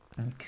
Okay